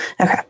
Okay